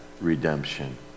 redemption